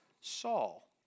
Saul